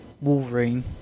Wolverine